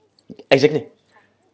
exactly